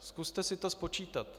Zkuste si to spočítat.